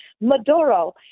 Maduro